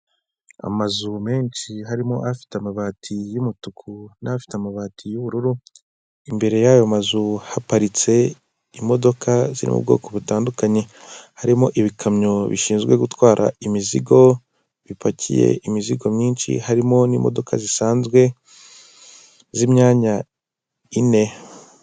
Amazu menshi harimo afite amabati y'umutuku n'afite amabati yubururu, imbere yayo mazu haparitse imodoka ziriri mu bwoko butandukanye, harimo ibikamyo bishinzwe gutwara imizigo, bipakiye imizigo myinshi harimo n'imodoka zisanzwe zimyanya ine.